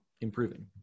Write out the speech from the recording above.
improving